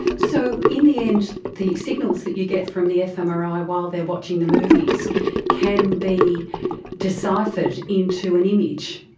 so in the end the signals that you get from the fmri while they are watching the movies can be deciphered into an image.